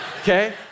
okay